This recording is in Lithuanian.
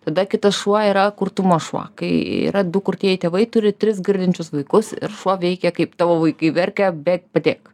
tada kitas šuo yra kurtumo šuo kai yra du kurtieji tėvai turi tris girdinčius vaikus ir šuo veikia kaip tavo vaikai verkia bėk padėk